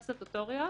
69ב4(ג),